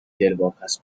دلواپس